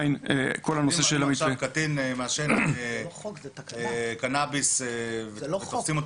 אם קטין מעשן קנאביס ותופסים אותו